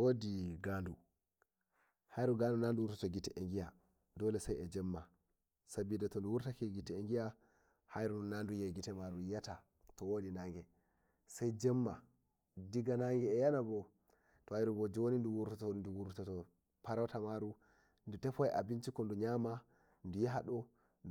wodi gaɗu hairu gan na duwurto to gite eh gia dole sei eh Jemma sabida to wuwortake gite eh hi'a hairu na gite yiata eh nage sai Jemma diga nange eh yana bo to hairubo joni du wurtoto farauta maru du tefowai abinci maru du nyama du yara du